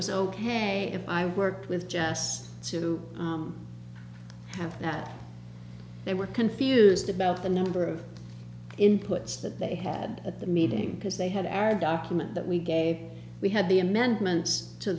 was ok if i worked with jess to have that they were confused about the number of inputs that they had at the meeting because they had our document that we gave we had the amendments to